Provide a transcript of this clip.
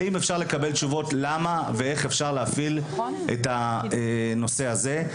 האם אפשר לקבל תשובות למה ואיך אפשר להפעיל את הנושא הזה?